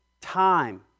time